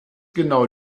genau